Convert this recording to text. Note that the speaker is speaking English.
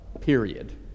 period